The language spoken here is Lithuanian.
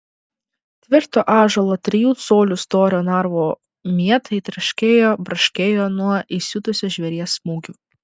tvirto ąžuolo trijų colių storio narvo mietai traškėjo braškėjo nuo įsiutusio žvėries smūgių